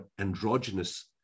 androgynous